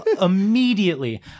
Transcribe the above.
immediately